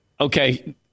Okay